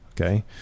Okay